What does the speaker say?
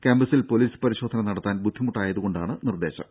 ക്യാമ്പസിൽ പൊലീസ് പരിശോധന നടത്താൻ ബുദ്ധിമുട്ടായതുകൊണ്ടാണ് നിർദേശം